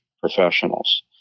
professionals